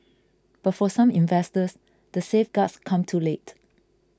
but for some investors the safeguards come too late